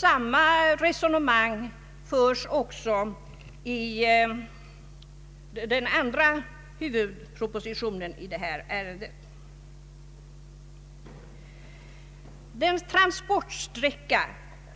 Samma resonemang förs även i Den transportsträcka